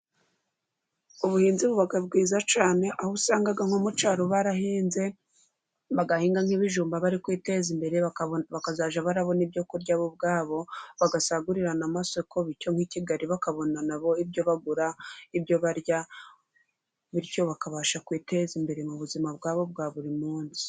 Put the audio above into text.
Ubuhinzi buba bwiza cyane ,aho usangaga nko mu cyaro barahinze bagahinga nk'ibijumba bari kwiteza imbere, bakazajya barabona ibyo barya bo ubwabo bagasagurira amasoko, bityo ab'i Kigali bakabona na bo ibyo bagura, ibyo barya bityo bakabasha kwiteza imbere mu buzima bwabo bwa buri munsi.